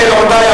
רבותי,